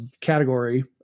category